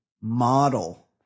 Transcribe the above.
model